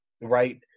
right